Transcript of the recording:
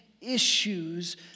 issues